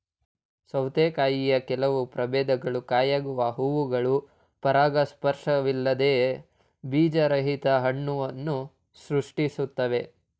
ಸೌತೆಕಾಯಿಯ ಕೆಲವು ಪ್ರಭೇದಗಳು ಕಾಯಾಗುವ ಹೂವುಗಳು ಪರಾಗಸ್ಪರ್ಶವಿಲ್ಲದೆಯೇ ಬೀಜರಹಿತ ಹಣ್ಣನ್ನು ಸೃಷ್ಟಿಸ್ತವೆ